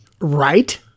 Right